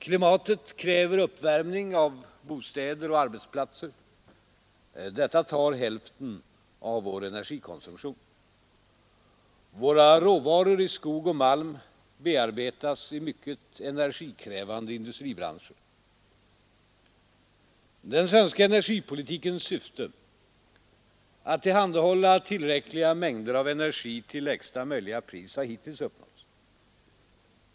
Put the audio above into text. Klimatet kräver uppvärmning av bostäder och arbetsplatser. Detta tar hälften av vår energikonsumtion. Våra råvaror i skog och malm bearbetas i mycket energikrävande industribranscher. Den svenska energipolitikens syfte att tillhandahålla tillräckliga mängder av energi till lägsta möjliga pris har hittills uppnåtts.